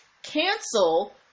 Cancel